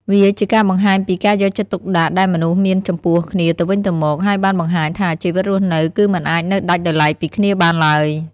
វាជាការបង្ហាញពីការយកចិត្តទុកដាក់ដែលមនុស្សមានចំពោះគ្នាទៅវិញទៅមក ហើយបានបង្ហាញថាជីវិតរស់នៅគឺមិនអាចនៅដាច់ដោយឡែកពីគ្នាបានឡើយ។